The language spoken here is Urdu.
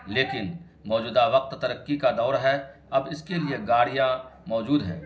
لیکن موجودہ وقت ترقی کا دور ہے اب اس کے لیے گاڑیاں موجود ہیں